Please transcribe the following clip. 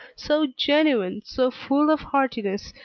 so genuine, so full of heartiness,